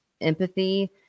empathy